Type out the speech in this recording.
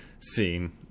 scene